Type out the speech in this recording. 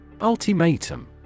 Ultimatum